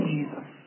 Jesus